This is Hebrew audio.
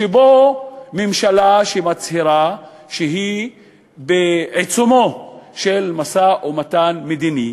שבו ממשלה שמצהירה שהיא בעיצומו של משא-ומתן מדיני,